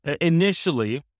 initially